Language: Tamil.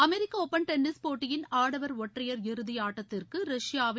அமெரிக்க ஒபன் டென்னிஸ் போட்டியின் ஆடவர் ஒற்றையர் இறுதி ஆட்டத்திற்கு ரஷ்யாவின்